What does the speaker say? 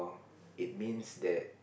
it means that